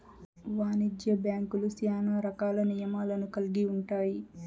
వాణిజ్య బ్యాంక్యులు శ్యానా రకాల నియమాలను కల్గి ఉంటాయి